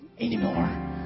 anymore